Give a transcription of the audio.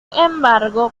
embargo